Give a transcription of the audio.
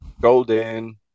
golden